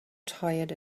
tired